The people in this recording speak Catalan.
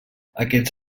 aquests